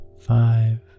five